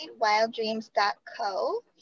wilddreams.co